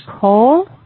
call